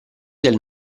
del